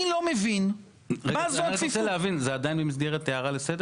אני לא מבין מה זה הכפיפות --- זה עדיין במסגרת הערה לסדר?